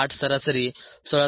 8 सरासरी 16